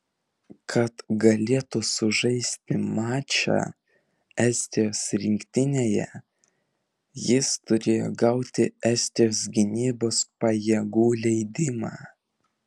kad galėtų sužaisti mačą estijos rinktinėje jis turėjo gauti estijos gynybos pajėgų leidimą